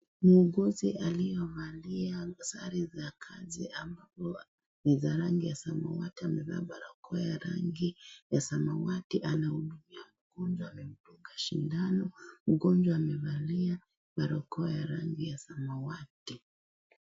Muuguzi aliyevalia sare za kazi ambayo ni ya rangi ya samawati , amevaa barakoa ya rangi ya samawati. Anahudumia mgonjwa anamdunga sindano, mgonjwa amevalia barakoa ya rangi ya samawati.